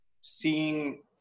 seeing –